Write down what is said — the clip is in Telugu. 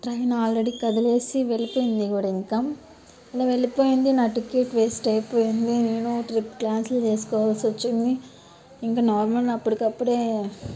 ట్రైన్ ఆల్రెడీ కదిలి వెళ్ళిపోయింది కూడా ఇంకా ఇలా వెళ్ళిపోయింది నా టికెట్ వేస్ట్ అయిపోయింది నేను ట్రిప్ క్యాన్సిల్ చేసుకోవల్సి వచ్చింది ఇంకా నార్మల్ అప్పటికప్పుడు